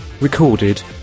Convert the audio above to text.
recorded